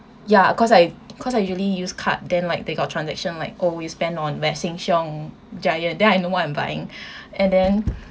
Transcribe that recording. ya 'cause I 'cause I usually use card then like they got transaction like always spend on Sheng Siong Giant then I know what I'm buying and then